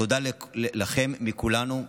תודה לכם מכולנו.